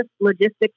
logistics